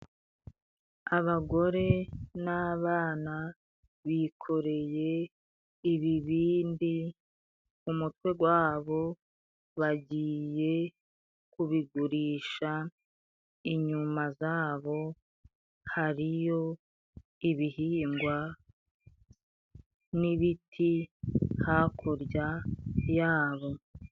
Abagore n'abana bikoreye ibibindi ku mutwe gwabo bagiye kubigurisha, inyuma zabo hariyo ibihingwa n'ibiti hakurya yabo.